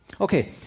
Okay